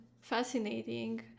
fascinating